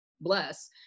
bless